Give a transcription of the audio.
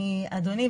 אדוני,